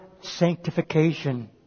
sanctification